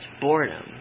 boredom